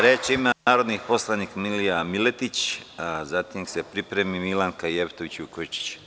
Reč ima narodni poslanik Milija Miletić, a zatim neka se pripremi Milanka Jevtović Vukojičić.